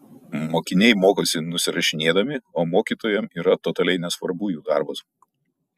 mokiniai mokosi nusirašinėdami o mokytojam yra totaliai nesvarbu jų darbas